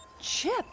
Chip